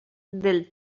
del